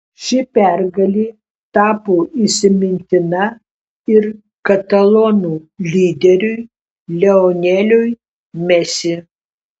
ši pergalė tapo įsimintina ir katalonų lyderiui lioneliui messi